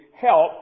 help